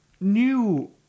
new